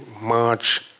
March